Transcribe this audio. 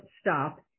stop